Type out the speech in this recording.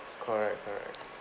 correct correct